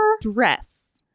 Dress